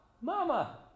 mama